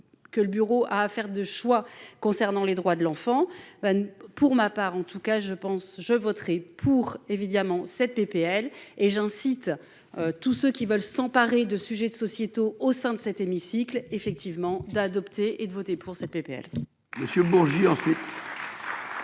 Que le bureau à faire de choix concernant les droits de l'enfant. Pour ma part en tout cas je pense je voterai pour évidemment cette PPL et j'incite. Tous ceux qui veulent s'emparer de sujets sociétaux au sein de cet hémicycle effectivement d'adopter et de voter pour cette PPL.